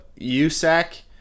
USAC